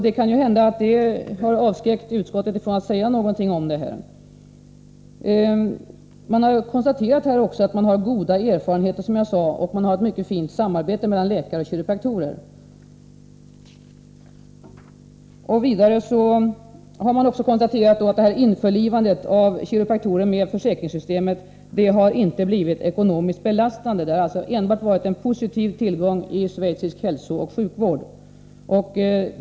Det kan hända att detta har avskräckt utskottet från att säga någonting. Det har konstaterats att man har goda erfarenheter, som jag sade tidigare, av denna verksamhet och ett mycket fint samarbete mellan läkare och kiropraktorer. Vidare har man konstaterat att införlivandet av kiropraktorer med försäkringssystemet inte har blivit ekonomiskt belastande. Det har alltså enbart inneburit ett positivt inslag i schweizisk hälsooch sjukvård.